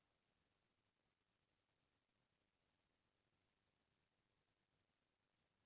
नोनी के बिहाव बर भी बैंक ले करजा मिले के कोनो योजना हे का?